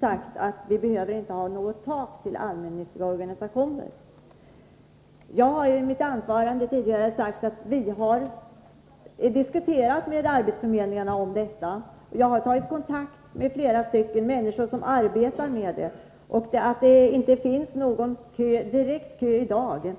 sagt att man inte behöver sätta något tak för antalet platser i allmännyttiga organisationer. Jag har emellertid i mitt anförande tidigare sagt att vi har diskuterat med arbetsförmedlingarna om detta. Vi har tagit kontakt med många människor som arbetar med dessa frågor, och det har framkommit att det inte är någon kö i dag.